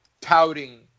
touting